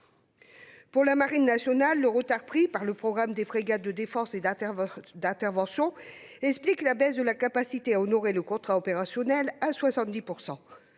Pour la marine nationale, le retard pris par le programme des frégates de défense et d'intervention explique la baisse de la capacité à honorer le contrat opérationnel à 70 %.